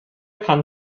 kann